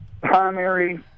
primary